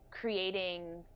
creating